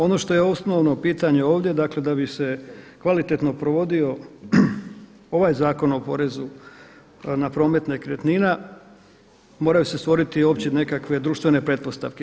Ono što je osnovno pitanje ovdje, dakle da bi se kvalitetno provodio ovaj Zakon o porezu na promet nekretnina, moraju se stvoriti opće nekakve društvene pretpostavke.